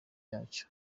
yacyo